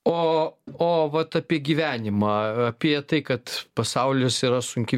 o o vat apie gyvenimą apie tai kad pasaulis yra sunki